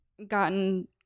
gotten